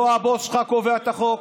לא הבוס שלך קובע את החוק.